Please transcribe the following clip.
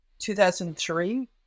2003